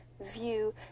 view